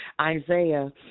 Isaiah